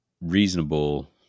reasonable